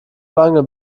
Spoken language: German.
lange